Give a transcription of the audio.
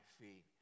feet